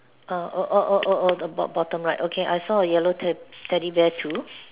uh oh oh oh oh bot~ bottom right okay I saw a yellow Ted~ Teddy bear through